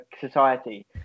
society